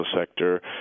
sector